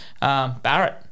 Barrett